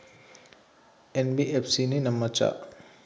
NBFC ని నమ్మచ్చా?